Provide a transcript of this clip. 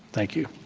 thank you.